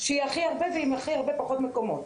שיש בה הכי הרבה והיא עם הכי הרבה פחות מקומות.